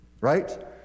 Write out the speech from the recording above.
Right